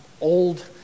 old